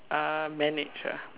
uh manage ah